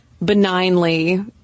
benignly